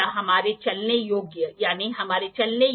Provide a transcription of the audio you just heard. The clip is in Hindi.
तो एंगल और उनके सपलीमेंट्स आप यहां देख सकते हैं